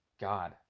God